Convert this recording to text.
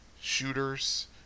shooters